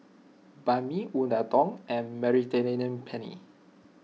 Banh Mi Unadon and Mediterranean Penne